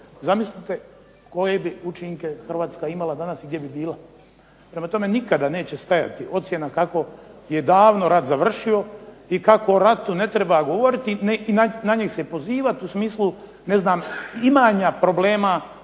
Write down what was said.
zamislite koje bi učinke Hrvatska imala danas i gdje bi bila. Prema tome, nikada neće stajati ocjena kako je davno rat završio i kako o ratu ne treba govoriti i na njih se pozivati u smislu ne znam imanja problema